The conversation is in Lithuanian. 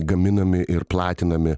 gaminami ir platinami